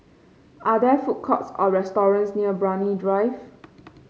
are there food courts or restaurants near Brani Drive